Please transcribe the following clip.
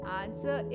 answer